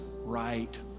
right